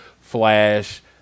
Flash